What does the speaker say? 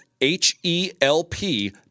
H-E-L-P